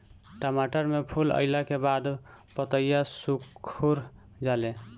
टमाटर में फूल अईला के बाद पतईया सुकुर जाले?